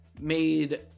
made